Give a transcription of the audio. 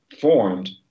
formed